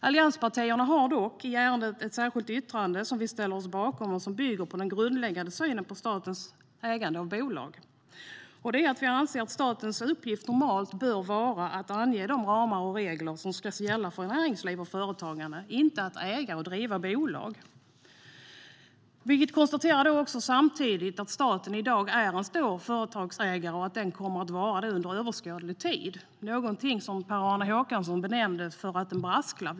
Allianspartierna har dock i ärendet ett särskilt yttrande, som vi ställer oss bakom. Det bygger på den grundläggande synen på statens ägande av bolag. Den är att vi anser att statens uppgift normalt bör vara att ange de ramar och regler som ska gälla för näringslivet och företagen - inte att äga och driva bolag. Vi konstaterar samtidigt att staten i dag är en stor företagsägare och kommer att vara det under överskådlig tid, något som Per-Arne Håkansson kallade en brasklapp.